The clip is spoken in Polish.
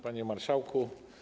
Panie Marszałku!